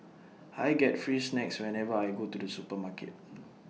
I get free snacks whenever I go to the supermarket